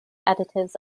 additives